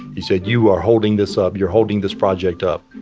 he said, you are holding this up. you're holding this project up.